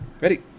Ready